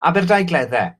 aberdaugleddau